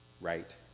right